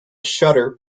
shudder